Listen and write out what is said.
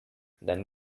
then